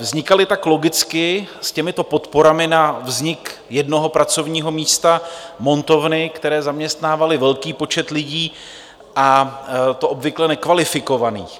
Vznikaly tak logicky s těmito podporami na vznik jednoho pracovního místa montovny, které zaměstnávaly velký počet lidí, a to obvykle nekvalifikovaných.